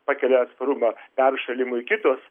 pakelia atsparumą peršalimui kitos